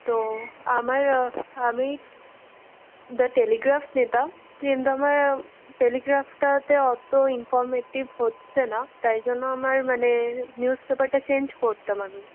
তো আমার আমি দ্য টেলিগ্রাফ নিতাম কিন্তু আমার টেলিগ্রাফটাতে অতো ইনফর্মেটিভ হচ্ছেনা তাই জন্য আমার মানে নিউজ পেপারটা চেঞ্জ করতাম আমি